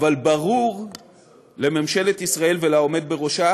אבל ברור לממשלת ישראל ולעומד בראשה